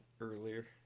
earlier